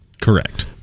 Correct